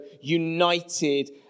united